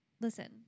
Listen